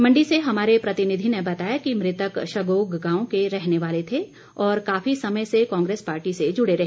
मंडी से हमारे प्रतिनिधि ने बताया कि मृतक शगोग गांव के रहने वाले थे और काफी समय से कांग्रेस पार्टी से जुड़े रहे